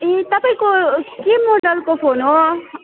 ए तपाईँको के मोडलको फोन हो